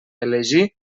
elegir